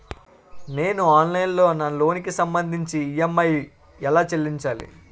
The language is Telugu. నేను ఆన్లైన్ లో నా లోన్ కి సంభందించి ఈ.ఎం.ఐ ఎలా చెల్లించాలి?